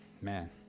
man